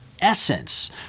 essence